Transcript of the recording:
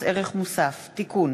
הצעת חוק מס ערך מוסף (תיקון,